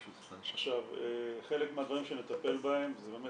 --- חלק מהדברים שנטפל בהם זה באמת